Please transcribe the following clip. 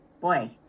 boy